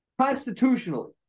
Constitutionally